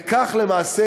וכך למעשה,